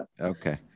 Okay